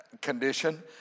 condition